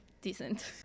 decent